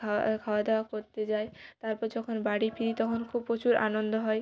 খাওয়া খাওয়া দাওয়া করতে যাই তারপর যখন বাড়ি ফিরি তখন খুব প্রচুর আনন্দ হয়